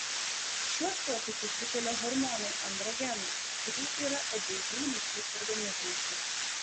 šiuos pokyčius sukelia hormonai androgenai kurių yra abiejų lyčių organizmuose